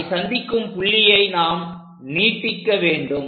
அவை சந்திக்கும் புள்ளியை நாம் நீட்டிக்க வேண்டும்